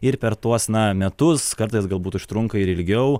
ir per tuos na metus kartais galbūt užtrunka ir ilgiau